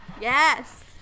Yes